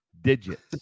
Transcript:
digits